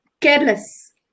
Careless